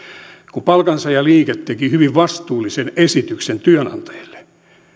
kun palkansaajaliike teki hyvin vastuullisen esityksen työnantajille